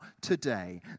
today